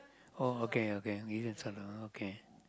oh okay okay he's your son oh okay